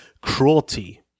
cruelty